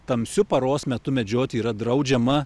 tamsiu paros metu medžioti yra draudžiama